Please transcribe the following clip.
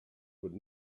would